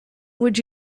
would